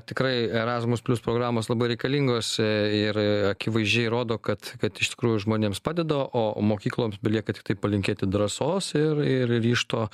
tikrai erasmus plius programos labai reikalingos ir akivaizdžiai rodo kad kad iš tikrųjų žmonėms padeda o mokykloms belieka tiktai palinkėti drąsos ir ir ryžto